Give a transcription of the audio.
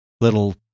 little